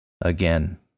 again